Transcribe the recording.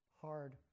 hard